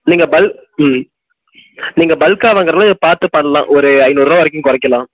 நீங்கள் பல் ம் நீங்கள் பல்க்காக வாங்குகிறதால இதை பார்த்து பண்ணலாம் ஒரு ஐந்நூறுபா வரைக்கும் குறைக்கலாம்